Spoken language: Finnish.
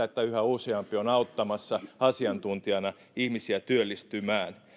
että yhä useampi on auttamassa asiantuntijana ihmisiä työllistymään